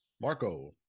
Marco